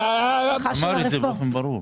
אמר בבירור.